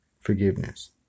forgiveness